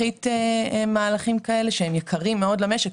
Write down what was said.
ולהפחית מהלכים כאלה שהם יקרים מאוד למשק,